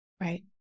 Right